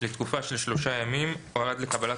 לתקופה של שלושה ימים או עד לקבלת